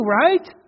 right